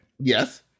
Yes